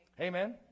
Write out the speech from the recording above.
Amen